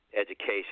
education